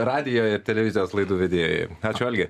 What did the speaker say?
radijo ir televizijos laidų vedėjui ačiū algi